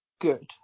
good